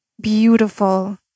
beautiful